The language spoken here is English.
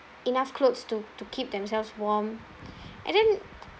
enough clothes to to keep themselves warm and then